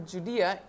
Judea